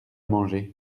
manger